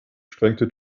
schränkte